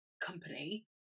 company